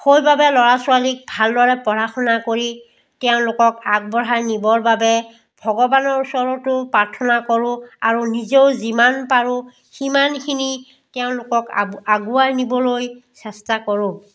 সেইবাবে ল'ৰা ছোৱালীক ভালদৰে পঢ়া শুনা কৰি তেওঁলোকক আগবঢ়াই নিবৰ বাবে ভগৱানৰ ওচৰতো প্ৰাৰ্থনা কৰোঁ আৰু নিজেও যিমান পাৰো সিমানখিনি তেওঁলোকক আ আগুৱাই নিব'লৈ চেষ্টা কৰোঁ